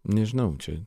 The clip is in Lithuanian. nežinau čia